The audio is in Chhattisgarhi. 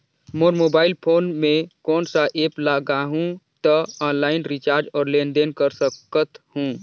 मोर मोबाइल फोन मे कोन सा एप्प लगा हूं तो ऑनलाइन रिचार्ज और लेन देन कर सकत हू?